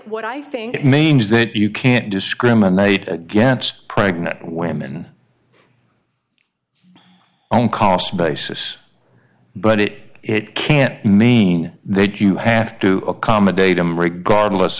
what i think it means that you can't discriminate against pregnant women on cost basis but it it can't mean they'd you have to accommodate them regardless